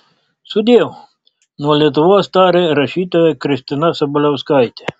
sudiev nuo lietuvos tarė rašytoja kristina sabaliauskaitė